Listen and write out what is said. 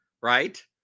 right